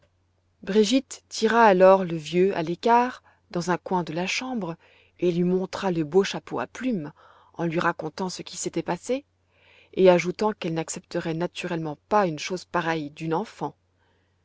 brigitte tira alors le vieux à l'écart dans un coin de la chambre et lui montra le beau chapeau à plumes en lui racontant ce qui s'était passé et ajoutant qu'elle n'accepterait naturellement pas une chose pareille d'une enfant